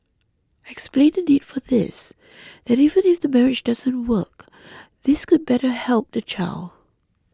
explain the need for this that even if the marriage doesn't work this could better help the child